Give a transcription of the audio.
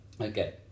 Okay